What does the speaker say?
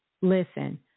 listen